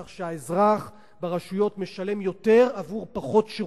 כך שהאזרח ברשויות משלם יותר עבור פחות שירותים.